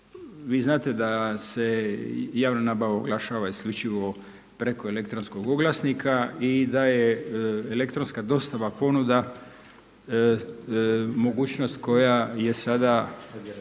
vi znate da se javna nabava oglašava isključivo preko elektronskog oglasnika i da je elektronska dostava ponuda mogućnost koja je sada